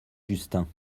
justin